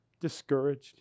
discouraged